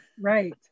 Right